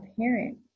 parent